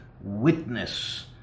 witness